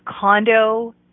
condo